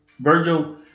Virgil